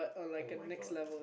[oh]-my-god